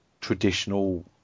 traditional